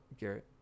Garrett